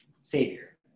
savior